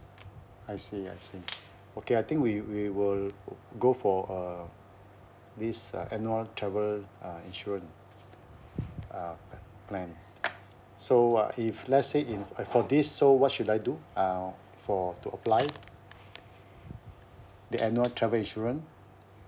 I see I see okay I think we we will go for uh this uh annual travel uh insurance uh plan so uh if let's say in for this so what should I do uh for to apply the annual travel insurance